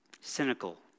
cynical